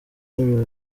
n’ibiro